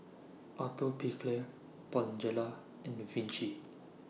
Atopiclair Bonjela in The Vichy